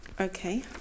Okay